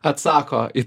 atsako į